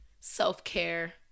self-care